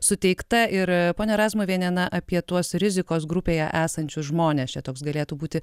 suteikta ir ponia razmuviene na apie tuos rizikos grupėje esančius žmones čia toks galėtų būti